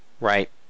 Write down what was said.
right